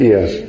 Yes